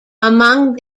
among